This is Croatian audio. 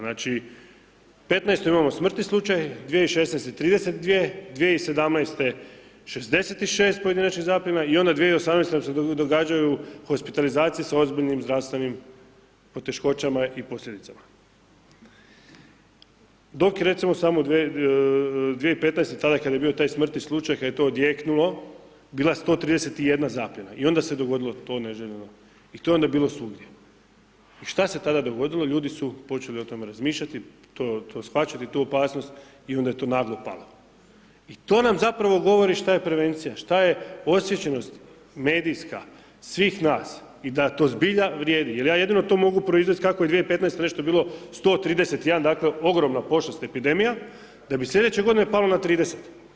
Znači 2015. imamo smrtni slučaj, 2016. 32, 2017. 66 pojedinačnih zapljena i onda 2018. nam se događaju hospitalizacije sa ozbiljnim zdravstvenim poteškoćama i posljedicama dok recimo samo 2015., tada kad je bio taj smrtni slučaj, kad je to odjeknulo, bila 131 zapljena i onda s dogodilo to neželjeno i tu je onda bilo svugdje i šta se tada dogodilo, ljudi su počeli o tome razmišljati, shvaćati tu opasnost i onda je to naglo palo i to nam zapravo govori šta je prevencija, šta je osviještenost medijska, svih nas i da to zbilja vrijedi jer ja jedino to mogu proizvesti kako je 2015. nešto bilo 131, dakle ogromna pošast, epidemija da bi slijedeće godine palo na 30.